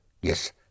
Yes